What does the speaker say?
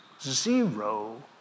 Zero